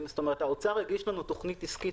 האוצר הגיש לנו תוכנית עסקית